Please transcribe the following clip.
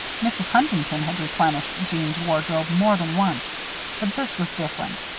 mrs. huntington had replenished jeanne's wardrobe more than once but this was different.